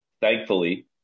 thankfully